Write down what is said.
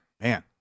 Man